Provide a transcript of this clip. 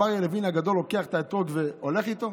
רב אריה לוין הגדול לוקח את האתרוג והולך איתו?